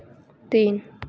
तीन